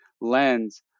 lens